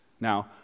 Now